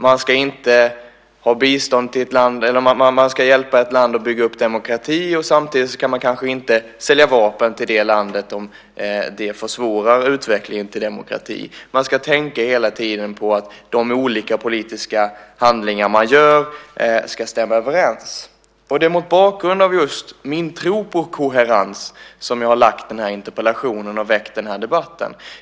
Man ska hjälpa ett land att bygga upp demokrati, men man kan kanske inte samtidigt sälja vapen till det landet om det försvårar utvecklingen till en demokrati. Man ska hela tiden tänka på att de olika politiska handlingar man gör ska stämma överens. Det är mot bakgrund av just min tro på koherens som jag har väckt den här interpellationen och den här debatten.